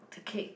the cake